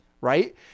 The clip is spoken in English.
right